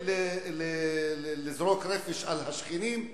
לזרוק רפש על השכנים.